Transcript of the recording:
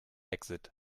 exit